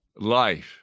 life